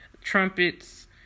trumpets